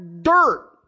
dirt